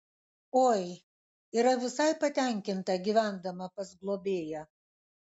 oi yra visai patenkinta gyvendama pas globėją